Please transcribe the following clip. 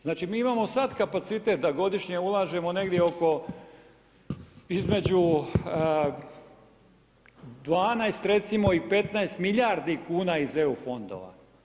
Znači mi imamo sad kapacitet da godišnje ulažemo negdje oko, između 12 recimo i 15 milijardi kuna iz EU fondova.